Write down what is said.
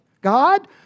God